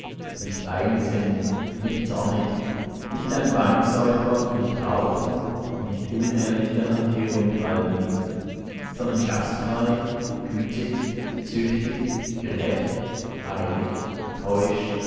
nicht eigensinnig nicht zornig nicht ein weinsäufer nicht raufen nicht unehrliche hantierung treiben sondern gastfrei gütig züchtig gerecht heilig keusch